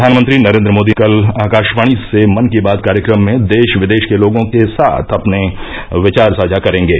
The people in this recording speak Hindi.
प्रधानमंत्री नरेन्द्र मोदी कल आकाशवाणी से मन की बात कार्यक्रम में देश विदेश के लोगों से अपने विचार साझा करेंगे